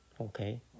Okay